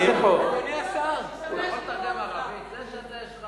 אתה יכול להגיד למי שלא יודע ערבית מה אתה אומר לנו?